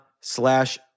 slash